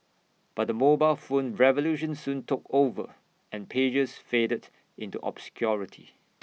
but the mobile phone revolution soon took over and pagers faded into obscurity